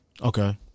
Okay